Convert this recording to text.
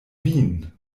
vin